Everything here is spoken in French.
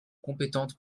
compétentes